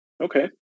Okay